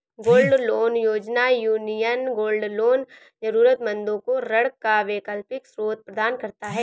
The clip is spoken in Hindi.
गोल्ड लोन योजना, यूनियन गोल्ड लोन जरूरतमंदों को ऋण का वैकल्पिक स्रोत प्रदान करता है